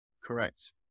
correct